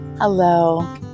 Hello